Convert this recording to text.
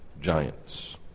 giants